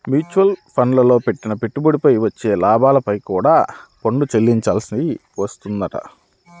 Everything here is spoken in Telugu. మ్యూచువల్ ఫండ్లల్లో పెట్టిన పెట్టుబడిపై వచ్చే లాభాలపై కూడా పన్ను చెల్లించాల్సి వత్తదంట